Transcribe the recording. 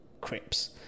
Crips